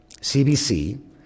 CBC